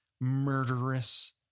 murderous